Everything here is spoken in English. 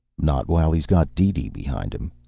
not while he's got deedee behind him,